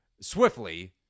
swiftly